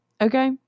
Okay